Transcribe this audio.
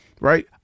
Right